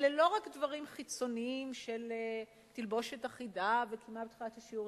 אלה לא רק דברים חיצוניים של תלבושת אחידה וקימה בתחילת השיעור,